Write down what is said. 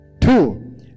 Two